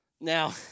Now